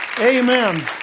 Amen